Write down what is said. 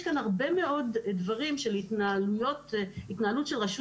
יש כאן הרבה מאוד דברים של התנהלות של רשות